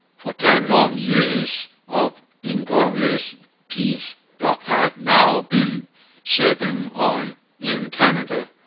for ten long years of inglorious peace brock had now been serving on in canada,